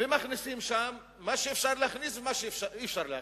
ומכניסים שם מה שאפשר להכניס ומה שאי-אפשר להכניס.